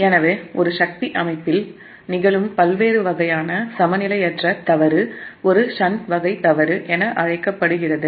எனவே ஒரு சக்தி அமைப்பில் நிகழும் பல்வேறு வகையான சமநிலையற்ற தவறு ஒன்று ஷண்ட் வகை தவறு என அழைக்கப்படுகிறது